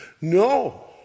No